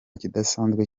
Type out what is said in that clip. kidasanzwe